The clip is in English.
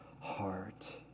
heart